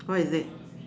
what is it